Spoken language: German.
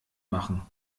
machen